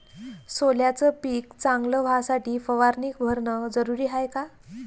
सोल्याचं पिक चांगलं व्हासाठी फवारणी भरनं जरुरी हाये का?